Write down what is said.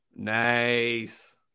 Nice